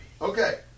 Okay